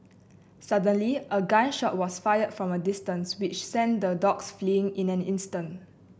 suddenly a gun shot was fired from a distance which sent the dogs fleeing in an instant